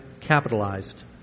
capitalized